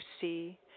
see